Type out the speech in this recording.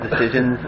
decisions